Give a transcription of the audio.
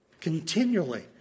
continually